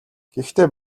гэхдээ